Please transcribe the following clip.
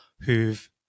who've